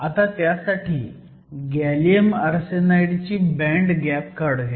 आता त्यासाठी gallium arsenide ची बँड गॅप काढुयात